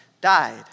died